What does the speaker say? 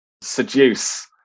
seduce